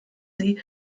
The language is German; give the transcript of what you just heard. sie